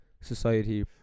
society